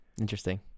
Interesting